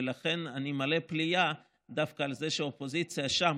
ולכן אני מלא פליאה דווקא על זה שהאופוזיציה שם,